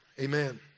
Amen